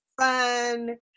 fun